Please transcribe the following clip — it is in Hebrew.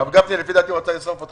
הרב גפני, זה